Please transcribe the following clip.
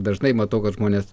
dažnai matau kad žmonės